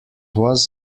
was